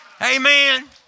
Amen